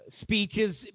speeches